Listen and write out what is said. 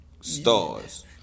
stars